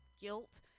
guilt